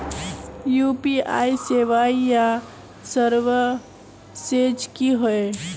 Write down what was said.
UPI सेवाएँ या services की होय?